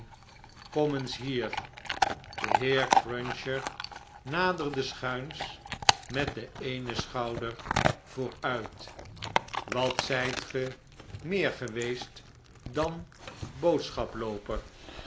kom eens hier de heer cruncher naderde schuins met den eenen schouder vooruit a wat zijt ge meer geweest dan